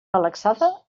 relaxada